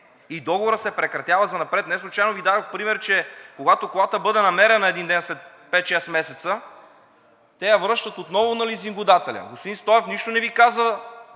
и договорът се прекратява занапред. Неслучайно Ви дадох пример, че когато колата бъде намерена един ден след пет-шест месеца, те я връщат отново на лизингодателя. Господин Стоев нищо не Ви каза